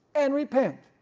and repent,